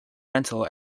rental